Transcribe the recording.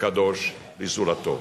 הקדוש לזולתו.